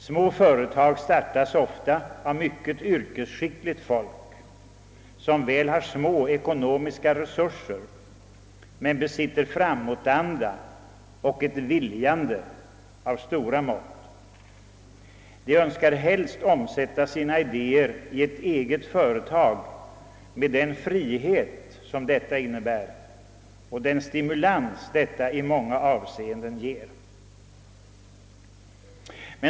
Små företag startas ofta av mycket yrkesskickligt folk som väl har små ekonomiska resurser men besitter framåtanda och en vilja av stora mått. De önskar helst omsätta sina idéer i ett eget företag med den frihet detta innebär och den stimulans det i många avseenden ger.